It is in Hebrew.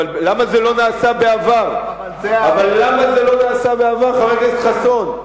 אבל למה זה לא נעשה בעבר, חבר הכנסת חסון?